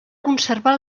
conservar